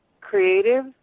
creative